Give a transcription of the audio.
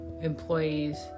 employees